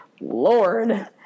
Lord